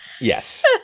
Yes